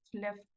left